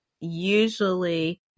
usually